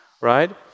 right